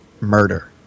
murder